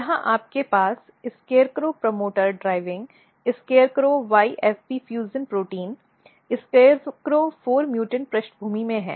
यहाँ आपके पास SCARECROW promoter driving SCARECROW YFP fusion protein scarecrow 4 mutant पृष्ठभूमि में है